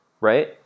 right